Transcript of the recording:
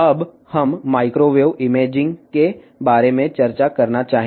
ఇప్పుడు microwave imaging గురించి చర్చించుకొందాము